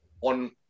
on